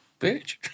Bitch